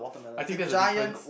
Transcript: I think that's a difference